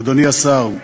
אדוני השר,